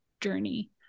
journey